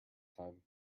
time